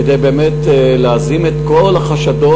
כדי באמת להזים את כל החשדות,